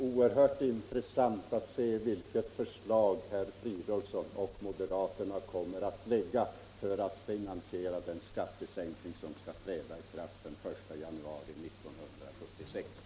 Herr talman! Det skall bli oerhört intressant att se vilket förslag herr Fridolfsson och moderaterna kommer att framlägga för att finansiera den skattesänkning som skall träda i kraft den 1 januari 1976.